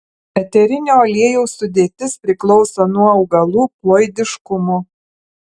eterinio aliejaus sudėtis priklauso nuo augalų ploidiškumo